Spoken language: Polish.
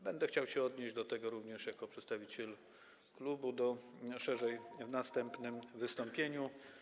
Będę chciał się odnieść do tego również jako przedstawiciel klubu szerzej w następnym wystąpieniu.